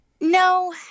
No